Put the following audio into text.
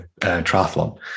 triathlon